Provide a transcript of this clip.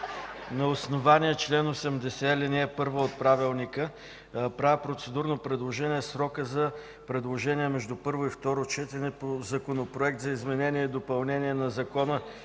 На основание чл. 80, ал. 1 от Правилника правя процедурно предложение срокът за предложения между първо и второ четене по Законопроект за изменение и допълнение на Закона